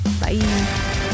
Bye